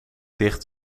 dicht